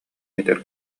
этэр